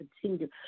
continue